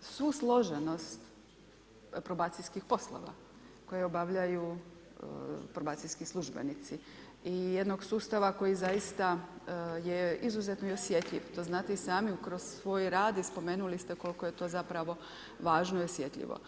svu složenost probacijskih poslova koje obavljaju probacijski službenici i jednog sustava koji zaista je izuzetno i osjetljiv, to znate i sami kroz svoj rad i spomenuli ste koliko je to zapravo važno i osjetljivo.